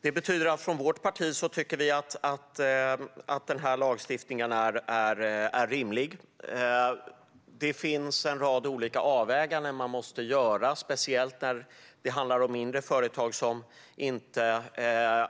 Detta betyder att vi i vårt parti tycker att denna lagstiftning är rimlig. Det finns givetvis en rad olika avvägningar man måste göra, speciellt när det handlar om mindre företag som inte